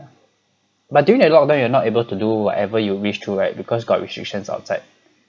but during a lot of time you were not able to do whatever you wish to right because got restrictions outside